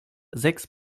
sechs